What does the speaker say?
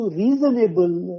reasonable